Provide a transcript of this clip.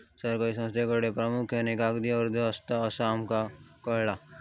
सरकारी संस्थांकडे प्रामुख्यान कागदी अर्ज असतत, असा आमका कळाला